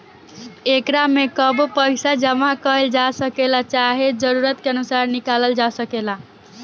एकरा में कबो पइसा जामा कईल जा सकेला, चाहे जरूरत के अनुसार निकलाल जा सकेला